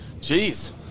Jeez